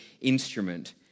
instrument